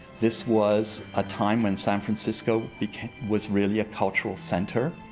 this was a time when san francisco became, was really a cultural center,